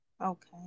Okay